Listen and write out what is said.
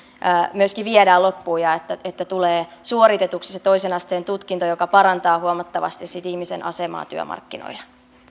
myöskin viedään loppuun ja että tulee suoritetuksi se toisen asteen tutkinto joka parantaa huomattavasti sitten ihmisen asemaa työmarkkinoilla